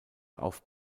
auf